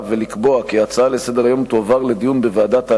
ולקבוע כי ההצעה לסדר-היום תועבר לדיון בוועדת העלייה,